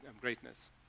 greatness